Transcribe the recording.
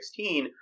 2016